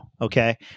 Okay